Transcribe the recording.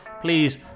please